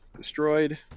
Destroyed